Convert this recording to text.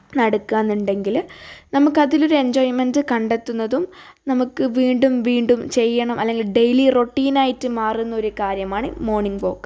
നടക്കുകയെന്നുണ്ടെങ്കിൽ നമുക്കതിലൊരു എൻജോയ്മെൻറ് കണ്ടെത്തുന്നതും നമുക്ക് വീണ്ടും വീണ്ടും ചെയ്യണം അല്ലെങ്കിൽ ഡെയിലി റൊട്ടീനായിട്ട് മാറുന്നൊരു കാര്യമാണ് മോർണിംഗ് വോക്